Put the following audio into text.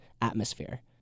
atmosphere